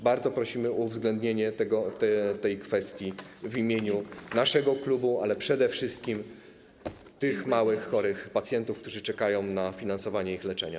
Bardzo prosimy o uwzględnienie tej kwestii w imieniu naszego klubu, ale przede wszystkim w imieniu tych małych, chorych pacjentów, którzy czekają na finansowanie ich leczenia.